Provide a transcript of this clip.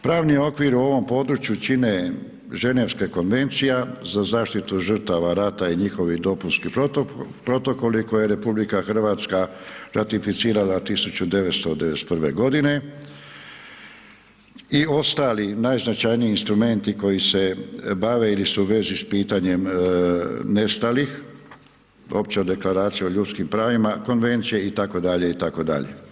Pravni okvir u ovom području čine Ženevska konvencija za zaštitu žrtava rata i njihovih dopunski protokoli, koje RH, ratificirala 1991. g. i ostali najznačajniji instrumenti, koji se bave ili su u vezi s pitanjem nestalih, opća deklaracija o ljudskim pravima, konvencije, itd. itd.